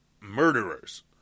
murderers